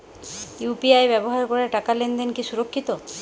UPI ব্যবহার করে টাকা লেনদেন কি সুরক্ষিত?